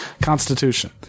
Constitution